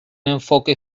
enfoque